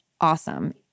awesome